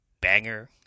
Banger